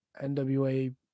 NWA